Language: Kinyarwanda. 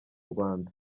rwanda